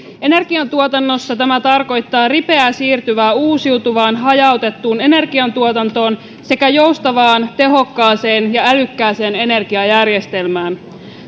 energiantuotannossa tämä tarkoittaa ripeää siirtymää uusiutuvaan hajautettuun energiantuotantoon sekä joustavaan tehokkaaseen ja älykkääseen energiajärjestelmään